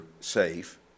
safe